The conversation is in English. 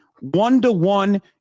one-to-one